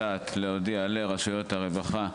יודעת להודיע לרשויות הרווחה,